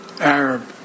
Arab